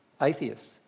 Atheists